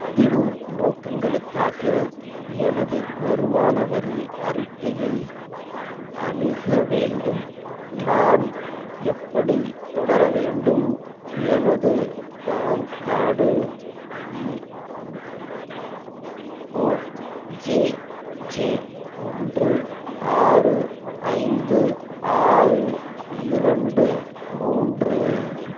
பதிவு நோக்கங்களுக்காக எனது வருமான வரி அறிக்கையை அணுக வேண்டும் நான் எப்படித் தொடர வேண்டும் எனது பேன் கார்டு இஓஜேஜே ஒன்று ஆறு ஐந்து ஆறு இரண்டு மூன்று